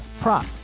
prop